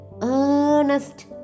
earnest